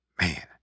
man